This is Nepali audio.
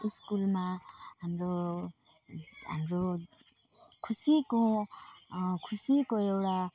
स्कुलमा हाम्रो हाम्रो खुसीको खुसीको एउटा